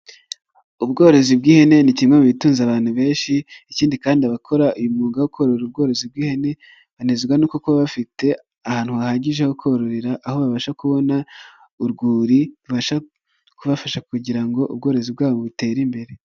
Ubworozi bw'ihene ni kimwe mu bitunze abantu benshi, ikindi kandi abakora uyu mwuga wokorera ubworozi bw'ihene banezwa no kuba bafite ahantu hahagije ho korora, aho babasha kubona urwuri, kubafasha kugira ngo ubworozi bwabo butere imbere.